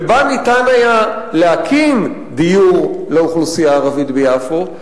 ובה ניתן היה להקים דיור לאוכלוסייה הערבית ביפו,